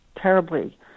terribly